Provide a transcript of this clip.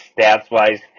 stats-wise